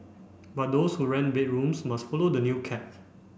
but those who rent bedrooms must follow the new cap